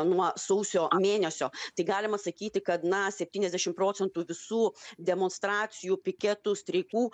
nuo sausio mėnesio tai galima sakyti kad na septyniasdešim procentų visų demonstracijų piketų streikų